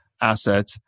asset